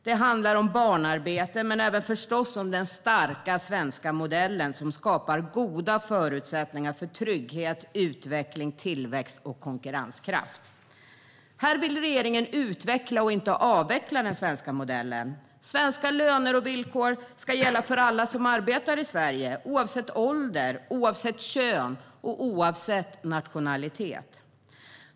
Det handlar om barnarbete och förstås om den starka svenska modellen som skapar goda förutsättningar för trygghet, utveckling, tillväxt och konkurrenskraft. Här vill regeringen utveckla och inte avveckla den svenska modellen. Svenska löner och villkor ska gälla för alla som arbetar i Sverige oavsett ålder, kön eller nationalitet.